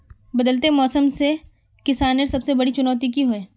बदलते मौसम से किसानेर सबसे बड़ी चुनौती की होय?